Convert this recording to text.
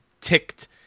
ticked